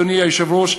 אדוני היושב-ראש,